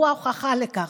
והוא ההוכחה לכך,